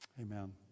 Amen